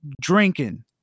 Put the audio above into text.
drinking